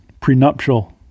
prenuptial